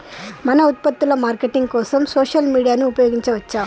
మన ఉత్పత్తుల మార్కెటింగ్ కోసం సోషల్ మీడియాను ఉపయోగించవచ్చా?